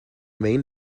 main